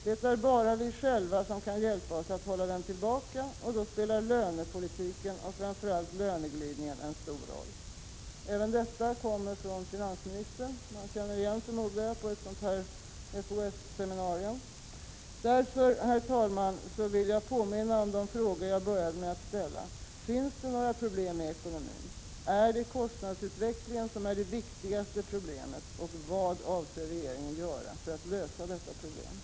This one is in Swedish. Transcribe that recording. Det är bara vi själva som kan hjälpa oss att hålla den tillbaka och då spelar lönepolitiken och framför allt löneglidningen en stor roll ——-.” Även detta kommer från finansministern, och jag förmodar att han känner igen det. Det är från ett TCO-seminarium. Därför, herr talman, vill jag påminna om de frågor jag ställde inledningvis. Finns det några problem med ekonomin? Är det kostnadsutvecklingen som är det viktigaste problemet? Vad avser regeringen göra för att lösa detta problem?